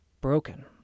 broken